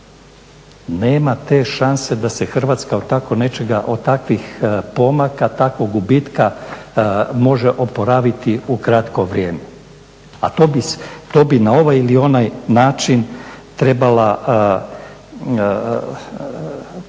Nema te šanse da se Hrvatska od tako nečega, od takvih pomaka, takvog gubitka može osporavati u kratko vrijeme a to bi na ovaj ili onaj način trebalo se baviti